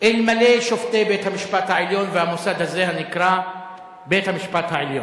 אלמלא שופטי בית-המשפט העליון והמוסד הזה הנקרא בית-המשפט העליון.